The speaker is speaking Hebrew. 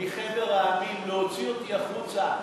מחבר העמים, להוציא אותי החוצה.